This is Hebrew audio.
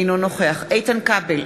אינו נוכח איתן כבל,